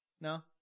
no